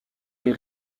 les